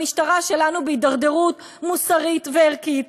המשטרה שלנו בהידרדרות מוסרית וערכית,